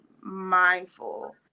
mindful